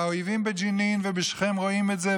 והאויבים בג'נין ובשכם רואים את זה,